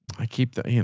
i keep that, you know